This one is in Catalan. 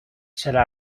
serà